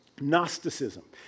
Gnosticism